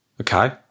Okay